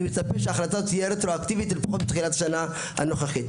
אני מצפה שהיא תהיה החלטה רטרואקטיבית לפחות לתחילת השנה הנוכחית.